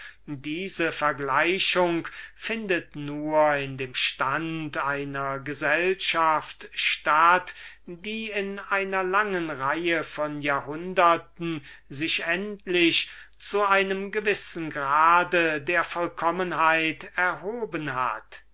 diese vergleichung es ist wahr findet nur in dem stand einer gesellschaft statt die sich in einer langen reihe von jahrhunderten endlich zu einem gewissen grade der vollkommenheit erhoben hat